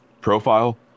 Profile